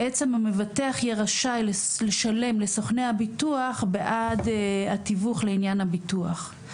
בעצם המבטח יהיה רשאי לשלם לסוכני הביטוח בעד התיווך לעניין הביטוח.